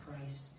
Christ